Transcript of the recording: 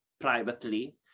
privately